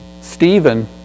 Stephen